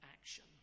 action